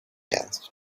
asked